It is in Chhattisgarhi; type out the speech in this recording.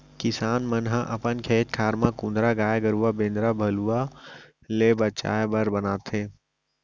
किसान मन ह अपन खेत खार म कुंदरा गाय गरूवा बेंदरा भलुवा ले बचाय बर बनाथे